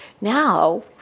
Now